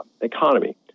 economy